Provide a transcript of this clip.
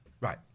Right